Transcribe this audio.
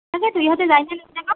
তাকেইতো ইহঁতে যাই নে নাযায় বা